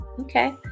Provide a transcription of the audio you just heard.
okay